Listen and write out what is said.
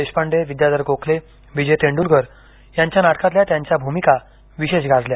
देशपांडे विद्याधर गोखले विजय तेंडूलकर यांच्या नाटकातल्या त्यांच्या भूमिका विशेष गाजल्या